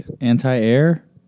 anti-air